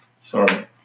Sorry